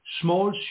small